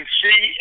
see